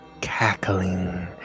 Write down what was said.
cackling